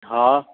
हा